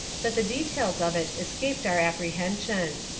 that the details of it es caped our apprehension.